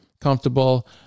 comfortable